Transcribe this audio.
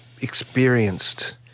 experienced